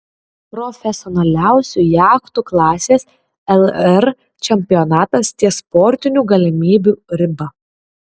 profesionaliausių jachtų klasės lr čempionatas ties sportinių galimybių riba